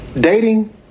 Dating